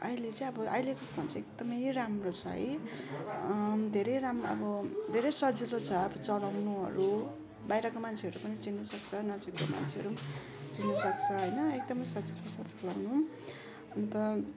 अहिले चाहिँ अब अहिलेको फोन चाहिँ एकदमै राम्रो छ है धेरै राम्रो अब धेरै सजिलो छ अब चलाउनुहरू बाहिरको मान्छेहरू पनि चिन्नसक्छ नजिकको मान्छेहरू पनि चिन्नसक्छ होइन एकदमै सजिलो अन्त